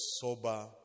sober